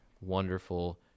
wonderful